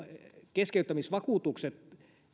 keskeyttämisvakuutuksen